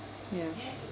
ya